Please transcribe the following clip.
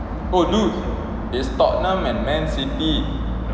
oh dude it's tottenham and man city